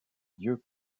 lieux